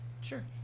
Sure